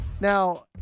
Now